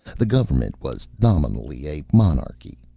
the government was, nominally, a monarchy.